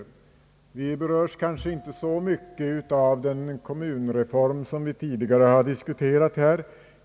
Norrland berörs kanske inte så mycket av den kommunreform som vi nyligen har diskuterat här.